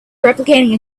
replicating